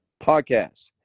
Podcast